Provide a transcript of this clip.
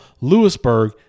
Lewisburg